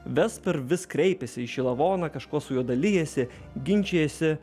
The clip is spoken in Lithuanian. vesper kreipiasi į šį lavona kažkuo su juo dalijasi ginčijasi